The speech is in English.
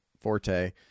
forte